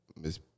Miss